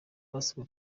basabwe